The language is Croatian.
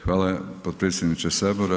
Hvala potpredsjedniče sabora.